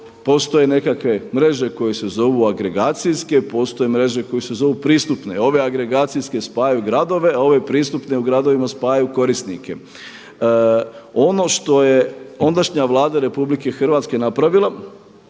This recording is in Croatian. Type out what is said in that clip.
postoje nekakve mreže koje se zovu agregacijske, postoje mreže koje se zovu pristupne. Ove agregacijske spajaju gradove, a ove pristupne u gradovima spajaju korisnike. Ono što je ondašnja Vlada RH napravila